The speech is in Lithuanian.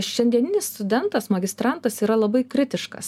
šiandieninis studentas magistrantas yra labai kritiškas